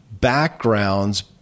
backgrounds